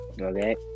Okay